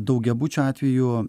daugiabučio atveju